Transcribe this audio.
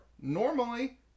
Normally